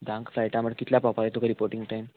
धांक फ्लायट आहा म्हणल्या कितल्या पावपा जाय तुका रिपोटींग टायम